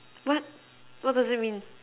what what does that mean